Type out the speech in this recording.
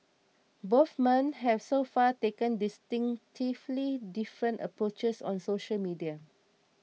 both men have so far taken distinctively different approaches on social media